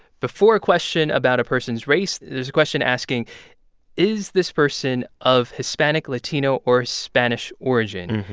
before a question about a person's race, there's a question asking is this person of hispanic, latino or spanish origin?